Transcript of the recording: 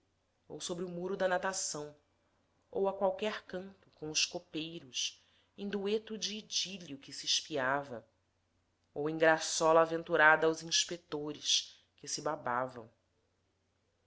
ou sobre o muro da natação ou a qualquer canto com os copeiros em dueto de idílio que se espiava